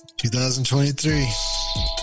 2023